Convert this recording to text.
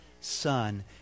Son